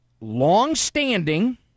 long-standing